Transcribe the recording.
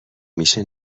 میشه